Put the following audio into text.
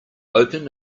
open